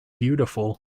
beautiful